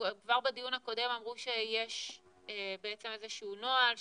כבר בדיון הקודם אמרו שיש איזה שהוא נוהל שמתגבש,